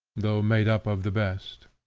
though made up of the best.